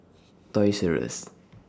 Toys Rus